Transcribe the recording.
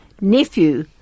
nephew